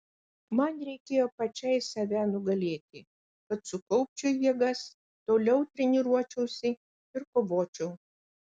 man reikėjo pačiai save nugalėti kad sukaupčiau jėgas toliau treniruočiausi ir kovočiau